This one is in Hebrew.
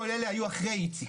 כל אלה היו אחרי איציק,